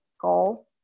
goal